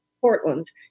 Portland